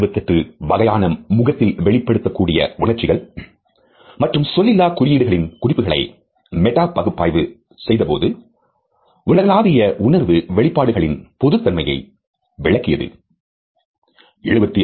168 வகையான முகத்தில் வெளிப்படுத்தக்கூடிய உணர்ச்சிகள் மற்றும் சொல்லிலா குறியீடுகளின்குறிப்புகளை மெட்டா பகுப்பாய்வு செய்தபோது உலகளாவிய உணர்வு வெளிப்பாடுகளில் பொதுத் தன்மையை விளக்கியது